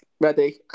Ready